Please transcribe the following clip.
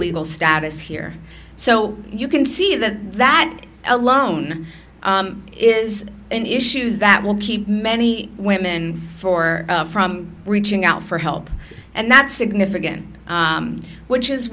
legal status here so you can see that that alone is an issue that will keep many women for from reaching out for help and that's significant which is